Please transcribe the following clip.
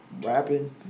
Rapping